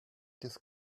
this